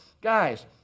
guys